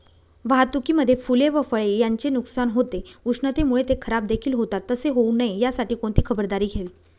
वाहतुकीमध्ये फूले व फळे यांचे नुकसान होते, उष्णतेमुळे ते खराबदेखील होतात तसे होऊ नये यासाठी कोणती खबरदारी घ्यावी?